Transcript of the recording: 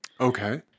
Okay